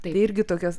tai irgi tokios